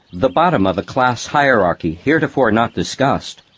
the bottom of a class hierarchy heretofore not discussed,